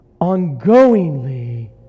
ongoingly